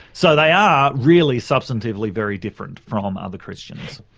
so they are really substantively very different from other christians.